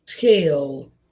tell